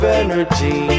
energy